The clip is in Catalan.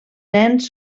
nens